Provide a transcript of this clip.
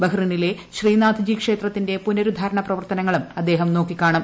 ബെഹ്റിനിലെ ശ്രീനാഥ്ജി ക്ഷേത്രത്തിന്റെ പുനരു ദ്ധാരണ പ്രവർത്തനങ്ങളും അദ്ദേഹം നോക്കി കാണും